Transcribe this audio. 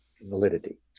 validity